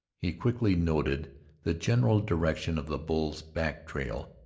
he quickly noted the general direction of the bull's back trail,